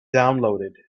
downloaded